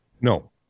no